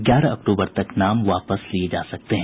ग्यारह अक्टूबर तक नाम वापस लिये जा सकते हैं